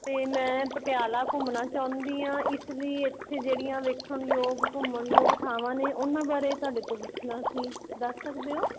ਅਤੇ ਮੈਂ ਪਟਿਆਲਾ ਘੁੰਮਣਾ ਚਾਹੁੰਦੀ ਹਾਂ ਇਸ ਲਈ ਇੱਥੇ ਜਿਹੜੀਆਂ ਵੇਖਣ ਯੋਗ ਘੁੰਮਣ ਯੋਗ ਥਾਵਾਂ ਨੇ ਉਹਨਾਂ ਬਾਰੇ ਤੁਹਾਡੇ ਤੋਂ ਪੁੱਛਣਾ ਸੀ ਦੱਸ ਸਕਦੇ ਹੋ